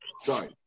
Sorry